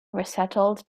resettled